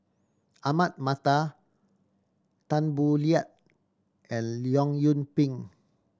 Ahmad Mattar Tan Boo Liat and Leong Yoon Pin